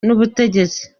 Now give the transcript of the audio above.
n’ubutegetsi